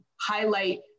highlight